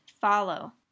follow